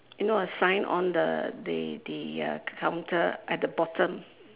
you know a sign on the the the uh counter at the bottom